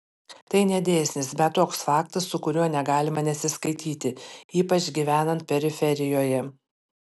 tai ne dėsnis bet toks faktas su kuriuo negalima nesiskaityti ypač gyvenant periferijoje